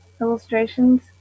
illustrations